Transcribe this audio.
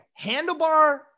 handlebar